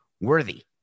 worthy